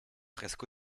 presque